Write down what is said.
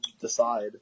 decide